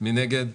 מי בעד?